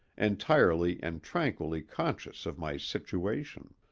entirely and tranquilly conscious of my situation.